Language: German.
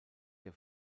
der